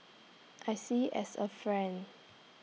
I see as A friend